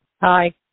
hi